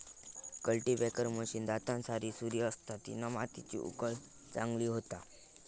cultipacker machine दातांसारी सुरी असता तिना मातीची उकळ चांगली होता